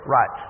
Right